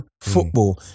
football